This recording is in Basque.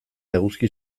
eguzki